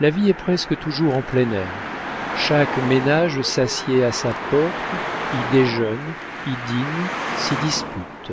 la vie est presque toujours en plein air chaque ménage s'assied à sa porte y déjeune y dîne s'y dispute